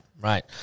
right